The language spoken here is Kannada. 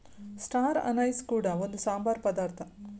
ಸ್ಟಾರ್ ಅನೈಸ್ ಕೂಡ ಒಂದು ಸಾಂಬಾರ ಪದಾರ್ಥ